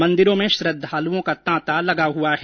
मंदिरों में श्रद्वालुओं का तांता लगा हुआ है